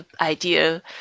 idea